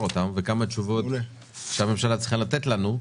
וכמה תשובות שהממשלה צריכה לתת לנו.